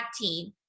team